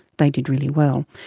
they did really well.